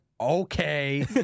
okay